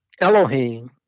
Elohim